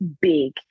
big